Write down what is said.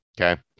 Okay